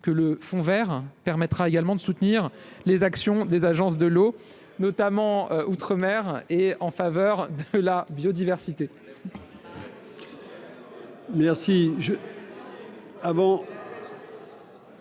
que le fond Vert permettra également de soutenir les actions des agences de l'eau, notamment outre-mer et en faveur de la biodiversité.